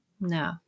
No